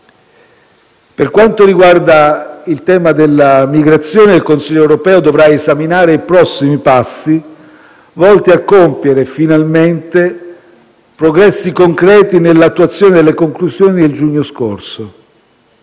Per quanto riguarda il tema della migrazione, il Consiglio europeo dovrà esaminare i prossimi passi, volti a compiere finalmente progressi concreti nell'attuazione delle conclusioni del giugno scorso.